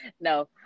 no